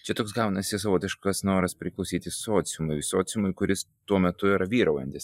čia toks gaunasi savotiškas noras priklausyti sociumui sociumui kuris tuo metu yra vyraujantis